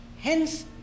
Hence